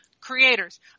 creators